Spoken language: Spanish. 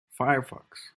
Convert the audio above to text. firefox